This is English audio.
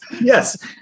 Yes